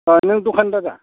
बा नों दखानदारा